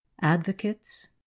Advocates